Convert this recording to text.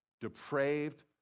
depraved